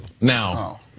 Now